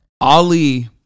Ali